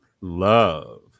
Love